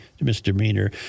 misdemeanor